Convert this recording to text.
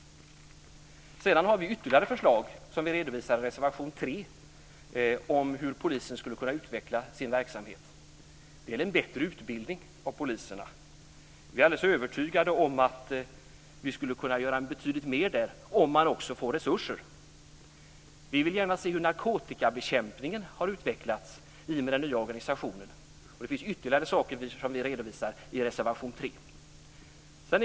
Vi har ytterligare förslag, som vi redovisar i reservation 3, om hur polisen skulle kunna utveckla sin verksamhet. Det gäller en bättre utbildning av poliserna. Vi är alldeles övertygade om att man skulle kunna göra betydligt mer om man får resurser till det. Vi vill gärna se hur narkotikabekämpningen har utvecklats i den nya organisationen. Vi redovisar också ytterligare saker i reservation 3.